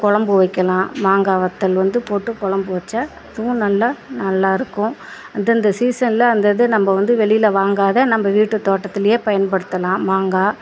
குழம்பு வைக்கலாம் மாங்காய் வத்தல் வந்து போட்டு குழம்பு வச்சால் அதுவும் நல்லா நல்லா இருக்கும் அந்தந்த சீசனில் அந்தந்த நம்ப வந்து வெளியில வாங்காத நம்ப வீட்டு தோட்டத்துலையே பயன்படுத்தலாம் மாங்காய்